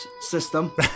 system